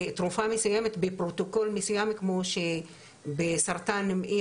לתרופה מסוימת בפרוטוקול כמו שבסרטן המעי